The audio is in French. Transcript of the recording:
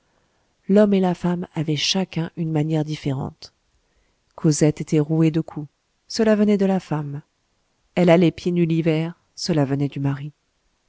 l'homme et la femme avaient chacun une manière différente cosette était rouée de coups cela venait de la femme elle allait pieds nus l'hiver cela venait du mari